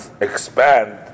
expand